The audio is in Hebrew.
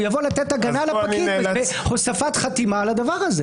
הוא יבוא לתת הגנה לפקיד בהוספת חתימה על הדבר הזה.